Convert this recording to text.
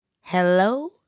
Hello